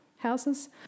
houses